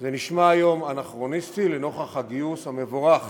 זה נשמע היום אנכרוניסטי, לנוכח הגיוס המבורך